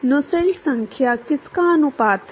Nusselt संख्या किसका अनुपात है